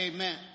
Amen